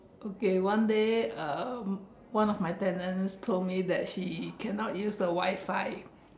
okay one day uh one of my tenants told me that she cannot use the Wi-Fi